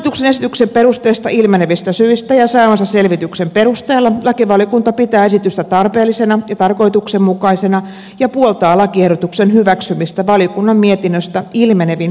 hallituksen esityksen perusteista ilmenevistä syistä ja saamansa selvityksen perusteella lakivaliokunta pitää esitystä tarpeellisena ja tarkoituksenmukaisena ja puoltaa lakiehdotuksen hyväksymistä valiokunnan mietinnöstä ilmenevin muutosehdotuksin